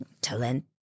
talent